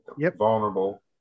vulnerable